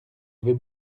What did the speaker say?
avait